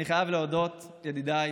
אני חייב להודות, ידידיי,